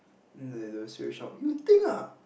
then they they will straight shout you think ah